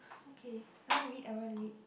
okay now you eat I want to eat